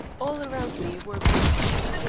all around me were books.